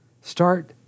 Start